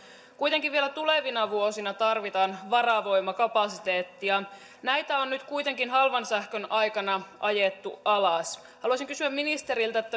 kuitenkin vielä tulevina vuosina tarvitaan varavoimakapasiteettia näitä on nyt kuitenkin halvan sähkön aikana ajettu alas haluaisin kysyä ministeriltä